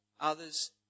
others